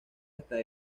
hasta